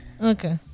Okay